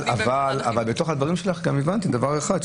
אבל בתוך הדברים גם הבנתי דבר אחד,